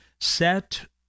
set—